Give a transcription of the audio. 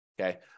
okay